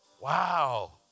Wow